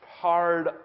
hard